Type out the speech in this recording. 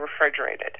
refrigerated